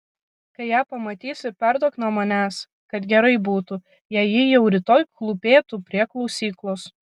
kai ją pamatysi perduok nuo manęs kad gerai būtų jei ji jau rytoj klūpėtų prie klausyklos